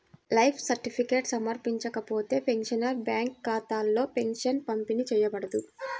life certificate సమర్పించకపోతే, pensioner bank ఖాతాలో pension పంపిణీ చేయబడదు